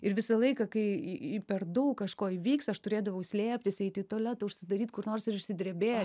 ir visą laiką kai į per daug kažko įvyks aš turėdavau slėptis eiti į tualetą užsidaryti kur nors ir išsidrėbėt